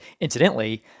incidentally